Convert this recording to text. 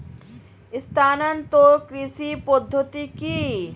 স্থানান্তর কৃষি পদ্ধতি কি?